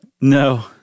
No